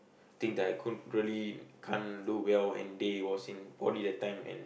think that I couldn't really can't do well and they was in Poly that time and